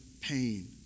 pain